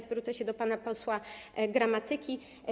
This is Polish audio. Zwrócę się do pana posła Gramatyki.